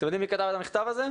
אתם יודעים מי כתב את המכתב הזה?